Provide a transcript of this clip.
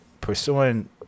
pursuing